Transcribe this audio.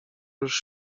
już